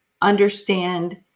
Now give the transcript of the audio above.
understand